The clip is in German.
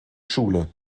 schule